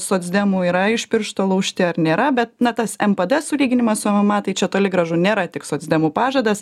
socdemų yra iš piršto laužti ar nėra bet na tas mpd sulyginimas savo mma tai čia toli gražu nėra tik socdemų pažadas